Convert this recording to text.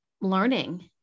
learning